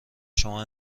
شما